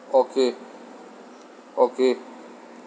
okay okay